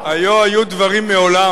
היה היו דברים מעולם.